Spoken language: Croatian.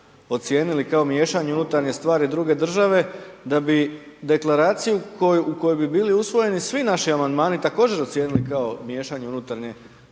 ocijenili kao miješanje u unutarnje stvari druge države da bi Deklaraciju u kojoj bi bili usvojeni svi naši amandmani također ocijenili miješanje u unutarnje stvari